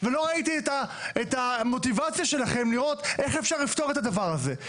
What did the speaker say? ולא ראיתי את המוטיבציה שלכם לראות כיצד ניתן לפתור את הדבר הזה.